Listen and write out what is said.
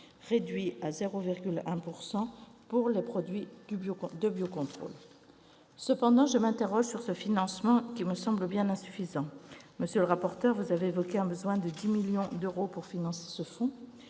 réduit à 0,1 % pour les produits de biocontrôle. Cependant, et c'est mon premier point, je m'interroge sur ce financement, qui me semble bien insuffisant. Monsieur le rapporteur, vous avez évoqué un besoin de 10 millions d'euros pour financer ce fonds.